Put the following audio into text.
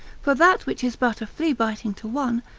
for that which is but a flea-biting to one,